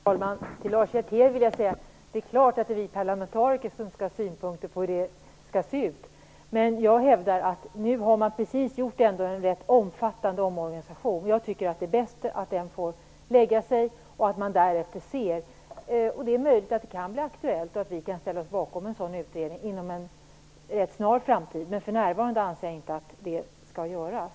Herr talman! Till Lars Hjertén vill jag säga att det är klart att vi parlamentariker skall ha synpunkter på hur detta skall se ut, men jag hävdar att man just har gjort en rätt omfattande omorganisation, och jag tycker att det är bättre att den får sätta sig. Därefter får man se - det är möjligt att det kan bli aktuellt för oss att ställa oss bakom en sådan utredning inom en rätt snar framtid, men för närvarande anser jag inte att det skall göras.